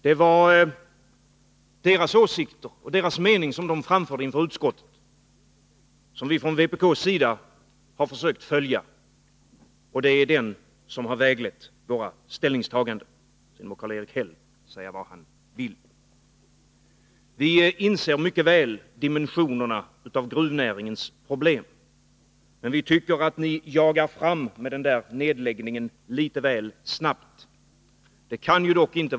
Det är vad de framförde inför utskottet som vi från vpk:s sida har försökt följa; det har väglett våra ställningstaganden. Sedan må Karl-Erik Häll säga vad han vill. Vi inser mycket väl dimensionerna i gruvnäringens problem. Men vi tycker att ni jagar fram med nedläggningen litet väl snabbt.